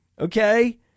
Okay